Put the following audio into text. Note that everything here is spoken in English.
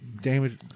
damage